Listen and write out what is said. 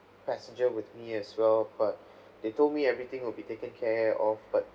passenger with me as well but they told me everything will be taken care of but